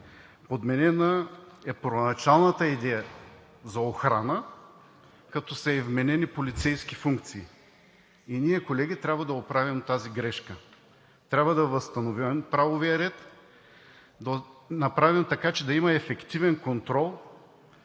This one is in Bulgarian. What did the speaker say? Отменена е първоначалната идея за охрана, като са ѝ вменени полицейски функции, и ние, колеги, трябва да оправим тази грешка. Трябва да възстановим правовия ред, да направим така, че да има ефективен контрол,